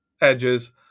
edges